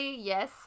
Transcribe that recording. yes